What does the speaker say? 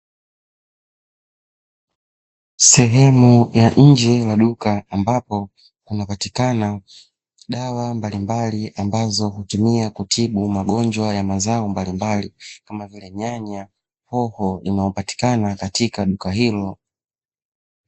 Sehemu ya nje ya duka ambapo hupatikana dawa mbalimbali ambazo hutumia kutibu magonjwa ya mazao mbalimbali kama vile: nyanya, hoho yanayopatikana katika duka hilo.